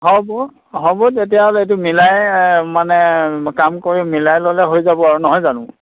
হ'ব হ'ব তেতিয়াহ'লে এইটো মিলাই মানে কাম কৰি মিলাই ল'লে হৈ যাব আৰু নহয় জানো